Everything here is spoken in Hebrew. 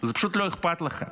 זה פשוט לא אכפת לכם.